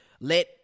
let